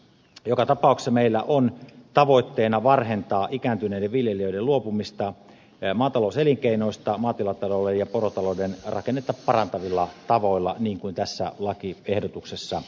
joka tapauksessa meillä on tavoitteena varhentaa ikääntyvien viljelijöiden luopumista maatalouselinkeinoista maatilatalouden ja porotalouden rakennetta parantavilla tavoilla niin kuin tässä lakiehdotuksessa ehdotetaan